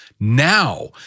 Now